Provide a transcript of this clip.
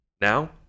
Now